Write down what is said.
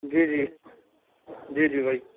جی جی جی جی وہی